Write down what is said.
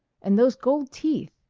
and those gold teeth!